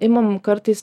imam kartais